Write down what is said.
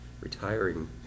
retiring